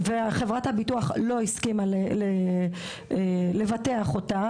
וחברת הביטוח לא הסכימה לבטח אותה,